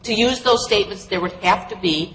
to use those statements there would have to be